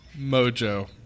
Mojo